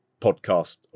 podcast